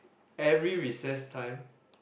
every recess time